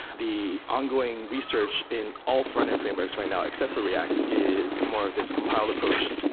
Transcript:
the ongoing research in all frontend frameworks right now, except for react, is more of this compiled approach,